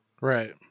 right